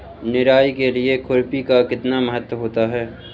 निराई के लिए खुरपी का कितना महत्व होता है?